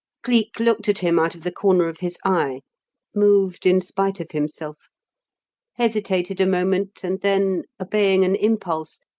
cleek looked at him out of the corner of his eye moved in spite of himself hesitated a moment and then, obeying an impulse,